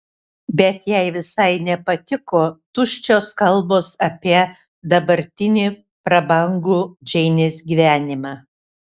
bet jai visai nepatiko tuščios kalbos apie dabartinį prabangų džeinės gyvenimą